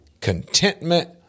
contentment